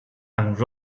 and